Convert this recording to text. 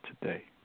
today